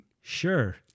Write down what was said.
Sure